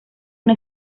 una